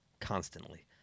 constantly